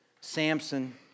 Samson